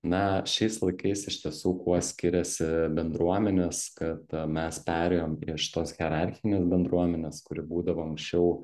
na šiais laikais iš tiesų kuo skiriasi bendruomenės kad mes perėjom prie šitos hierarchinės bendruomenės kuri būdavo anksčiau